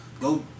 Go